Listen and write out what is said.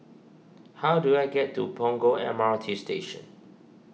how do I get to Punggol M R T Station